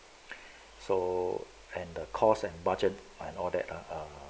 so and the cost and budget and all that err